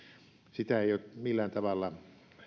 sitä ei ole millään tavalla